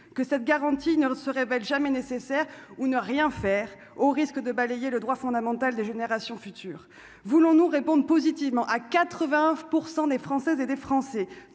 que cette garantie ne se révèle jamais nécessaire ou ne rien faire, au risque de balayer le droit fondamental des générations futures, voulons-nous réponde positivement à 80 pour 100 des Françaises et des Français,